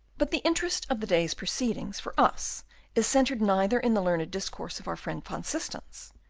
but the interest of the day's proceedings for us is centred neither in the learned discourse of our friend van systens,